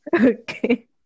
Okay